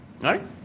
right